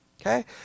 Okay